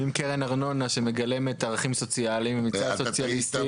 קרן ארנונה שמגלמת ערכים סוציאליים, ומצד שני